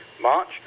March